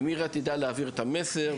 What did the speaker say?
ומירה תדע להעביר את המסר,